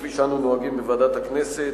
כפי שאנו נוהגים בוועדת הכנסת,